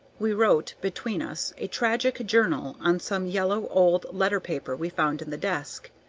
we wrote, between us, a tragic journal on some yellow old letter-paper we found in the desk.